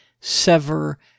sever